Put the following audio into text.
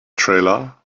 trailer